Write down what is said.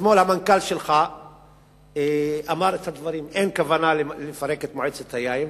אתמול המנכ"ל שלך אמר את הדברים: אין כוונה לפרק את מועצת היין,